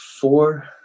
four